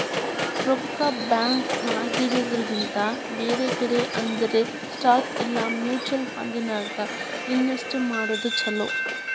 ರೊಕ್ಕಾ ಬ್ಯಾಂಕ್ ನ್ಯಾಗಿಡೊದ್ರಕಿಂತಾ ಬ್ಯಾರೆ ಕಡೆ ಅಂದ್ರ ಸ್ಟಾಕ್ ಇಲಾ ಮ್ಯುಚುವಲ್ ಫಂಡನ್ಯಾಗ್ ಇನ್ವೆಸ್ಟ್ ಮಾಡೊದ್ ಛಲೊ